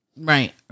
Right